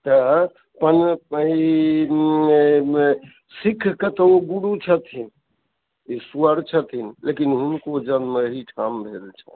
तऽ ई सिक्खके तऽ ओ गुरु छथिन ईश्वर छथिन लेकिन हुनको जन्म एहिठाम भेल छनि